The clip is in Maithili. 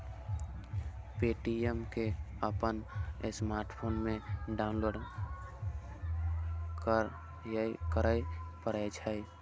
पे.टी.एम कें अपन स्मार्टफोन मे डाउनलोड करय पड़ै छै